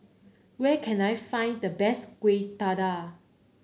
where can I find the best Kueh Dadar